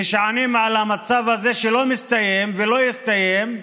נשענים על המצב הזה שלא מסתיים, ולא יסתיים,